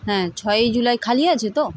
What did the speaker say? হ্যাঁ ছয়ই জুলাই খালি আছে তো